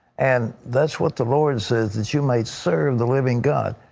and that's what the lord says that you might serve the living god.